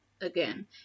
again